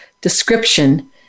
description